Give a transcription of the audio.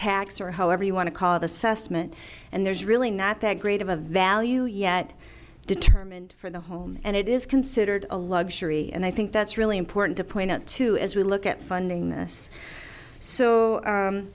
tax or however you want to call the sussman and there's really not that great of a value yet determined for the home and it is considered a luxury and i think that's really important to point out too as we look at funding this so